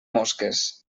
mosques